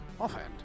offhand